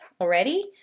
already